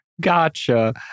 Gotcha